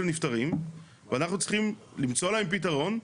נפטרים ואנחנו צריכים למצוא להם פתרון,